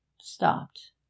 stopped